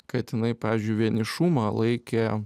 kat inai pavyzdžiui vienišumą laikė